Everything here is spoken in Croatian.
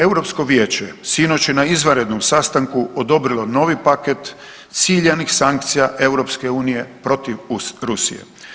EU vijeće sinoć je na izvanrednom sastanku odobrilo novi paket ciljanih sankcija EU protiv Rusije.